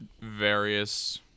various